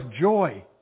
joy